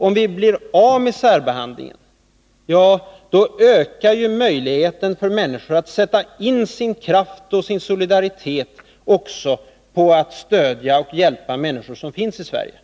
Om vi blir av med särbehandlingen, då ökar möjligheterna för människorna att sätta in sina krafter och sin solidaritet på att stödja och hjälpa de människor som finns i Sverige.